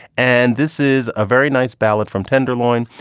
and this is a very nice ballad from tenderloin.